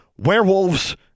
Werewolves